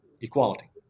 equality